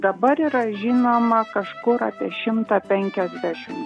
dabar yra žinoma kažkur apie šimtą pankiasdešimt